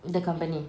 the company